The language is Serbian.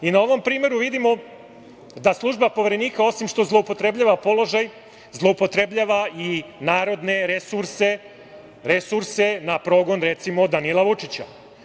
Na ovom primeru vidimo da služba Poverenika osim što zloupotrebljava položaj zloupotrebljava i narodne resurse, resurse na progon, recimo, Danila Vučića.